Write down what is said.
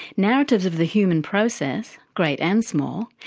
narratives of the human process, great and small,